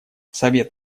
совет